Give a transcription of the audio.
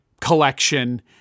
collection